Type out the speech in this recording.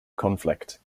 conflict